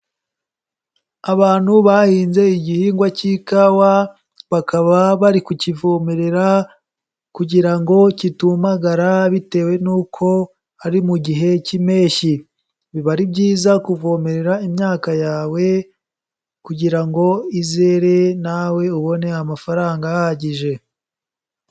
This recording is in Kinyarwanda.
Abantu bahinze igihingwa cy'ikawa, bakaba bari kukivomerera, kugira ngo kitumagara bitewe n'uko hari mu gihe cy'impeshyi, biba ari byiza kuvomerera imyaka yawe kugira ngo izere nawe ubone amafaranga ahagije.